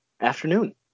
afternoon